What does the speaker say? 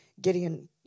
Gideon